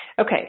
Okay